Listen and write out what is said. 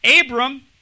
Abram